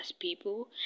people